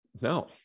No